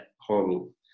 Horrible